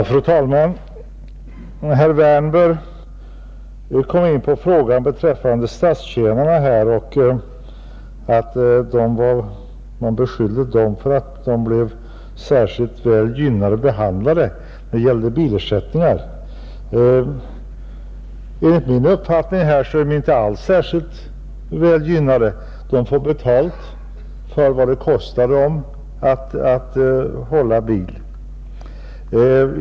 Fru talman! Herr Wärnberg kommer in på frågan om statstjänarna och beskyllningarna mot dem för att vara särskilt gynnade när det gäller bilersättningar. Enligt min uppfattning är de inte alls särskilt väl gynnade, De får betalt för vad det kostar dem att hålla bil.